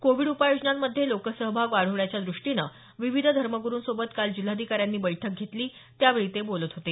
Covid उपाययोजनांमध्ये लोकसहभाग वाढवण्याच्या दृष्टीनं विविध धर्मगुरूंसोबत काल जिल्हाधिकाऱ्यांनी बैठक घेतली त्यावेळी ते बोलत होते